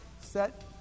set